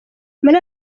muri